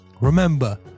Remember